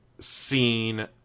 scene